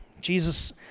Jesus